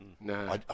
No